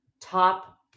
top